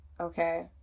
okay